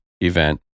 event